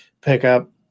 pickup